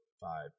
five